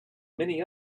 many